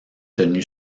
tenue